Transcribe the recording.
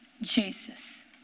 Jesus